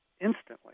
instantly